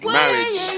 marriage